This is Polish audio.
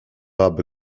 aby